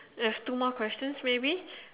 there's two more questions maybe